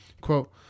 Quote